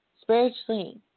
spiritually